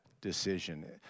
decision